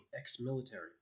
ex-military